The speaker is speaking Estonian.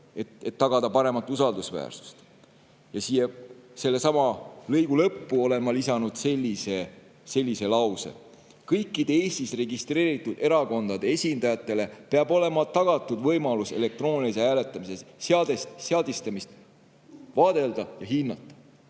et tagada paremat usaldusväärsust. Selle lõigu lõppu olen ma lisanud sellise lause, et kõikide Eestis registreeritud erakondade esindajatele peab olema tagatud võimalus elektroonilise hääletamise seadistamist vaadelda ja hinnata.